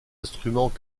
instrument